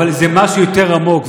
אבל זה משהו יותר עמוק.